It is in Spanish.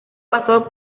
pasó